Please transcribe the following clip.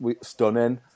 Stunning